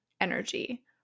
energy